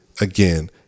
again